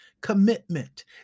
Commitment